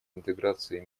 интеграции